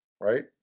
Right